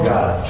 God